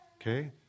okay